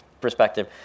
perspective